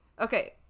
okay